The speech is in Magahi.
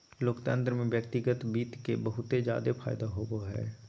लोकतन्त्र में व्यक्तिगत वित्त के बहुत जादे फायदा होवो हय